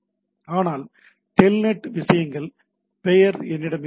ஆனால் டெல்நெட் விஷயங்கள் பெயர் என்னிடம் இருக்க முடியும்